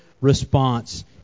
response